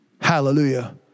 Hallelujah